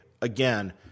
again